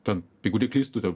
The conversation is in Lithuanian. ten jeigu neklystu ten